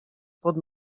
pod